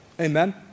Amen